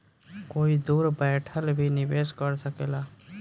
कोई दूर बैठल भी निवेश कर सकेला